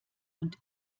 und